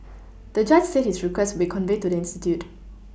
the judge said his request would be conveyed to the institute